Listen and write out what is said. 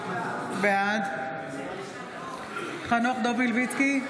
בעד חנוך דב מלביצקי,